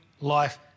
life